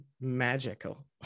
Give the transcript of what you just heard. magical